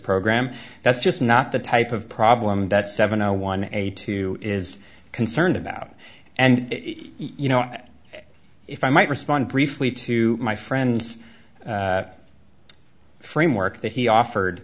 program that's just not the type of problem that seven zero one eight two is concerned about and you know if i might respond briefly to my friends framework that he offered